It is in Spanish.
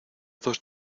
dos